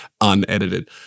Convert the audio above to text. unedited